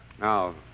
Now